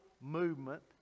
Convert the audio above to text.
movement